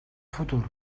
futur